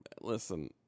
Listen